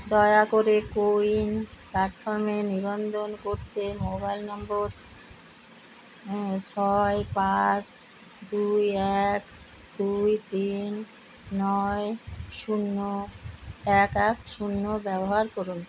দয়া করে কোউইন প্ল্যাটফর্মে নিবন্ধন করতে মোবাইল নম্বর ছয় পাঁচ দুই এক দুই তিন নয় শূন্য এক এক শূন্য ব্যবহার করুন